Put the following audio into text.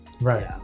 Right